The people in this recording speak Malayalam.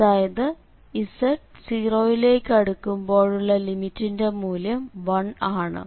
അതായത് z 0 യിലേക്ക് അടുക്കുമ്പോഴുള്ള ലിമിറ്റിന്റെ മൂല്യം 1 ആണ്